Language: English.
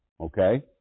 Okay